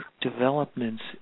developments